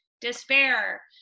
despair